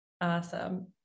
Awesome